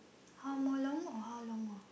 how more long or how long more